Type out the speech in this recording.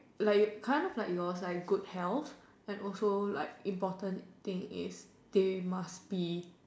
like it's kind of like it was like good health and also like important thing is they must be